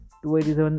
287